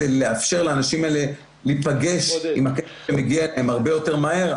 כדי לאפשר לאנשים האלה להיפגש עם הכסף שמגיע הרבה יותר מהר,